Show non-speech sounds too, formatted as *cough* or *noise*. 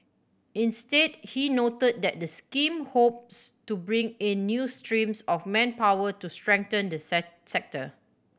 instead he noted that the scheme hopes to bring in new streams of manpower to strengthen the *unintelligible* sector